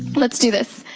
let's do this.